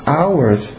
hours